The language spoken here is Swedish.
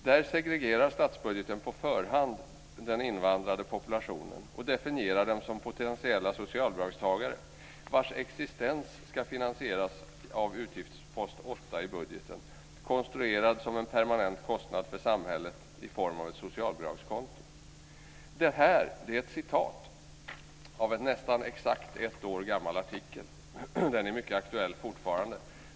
Där segregerar statsbudgeten på förhand den invandrade populationen och definierar dem som potentiella socialbidragstagare vars existens ska finansieras av utgiftspost 8 i budgeten, konstruerad som en permanent kostnad för samhället i form av ett socialbidragskonto." Det här var ett citat ur en nästan exakt ett år gammal artikel. Den är fortfarande mycket aktuell.